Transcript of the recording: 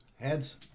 Heads